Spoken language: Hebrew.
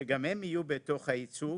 שגם הם יהיו בתוך בייצוג,